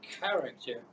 character